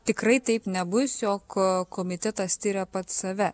tikrai taip nebus jog komitetas tiria pats save